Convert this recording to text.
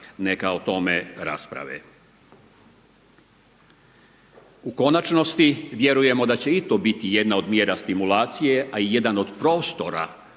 neka o tome rasprave. U konačnosti, vjerujemo da će i to biti jedna od mjera stimulacije a i jedan od prostora,